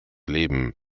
leben